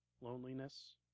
loneliness